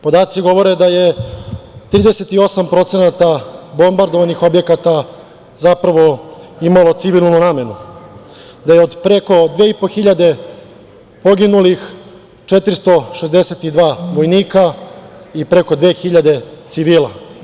Podaci govore da je 38% bombardovanih objekata, zapravo imalo civilnu namenu, da je od preko 2000 poginulih, 462 vojnika i preko 2000 civila.